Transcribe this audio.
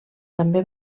també